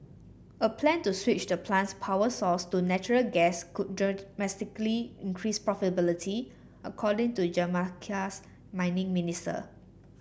a plan to switch the plant's power source to natural gas could dramatically increase profitability according to Jamaica's mining minister